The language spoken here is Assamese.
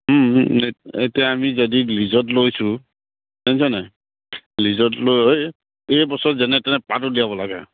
এতিয়া আমি যদি লিজত লৈছোঁ লিজত লৈ এইবছৰ যেনে তেনে পাত উলিয়াব লাগে